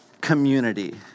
community